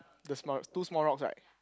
the small rocks two small rocks right